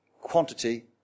quantity